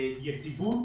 ליציבות